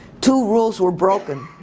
two rules were broken.